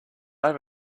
have